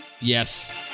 Yes